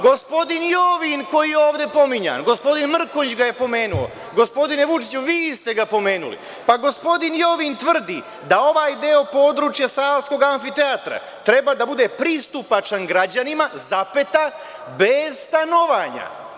Gospodin Jovin, koji je ovde pominjan, gospodin Mrkonjić ga je pomenuo, gospodine Vučiću, vi ste ga pomenuli, pa gospodin Jovin tvrdi da ovaj deo područja Savskog amfiteatra treba da bude pristupačan građanima, bez stanovanja.